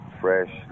fresh